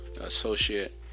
associate